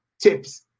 tips